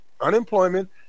unemployment